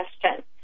question